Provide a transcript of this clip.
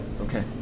Okay